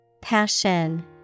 Passion